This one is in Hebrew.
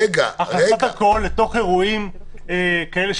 הכנסת אלכוהול לתוך אירועי תרבות,